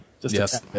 Yes